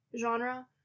genre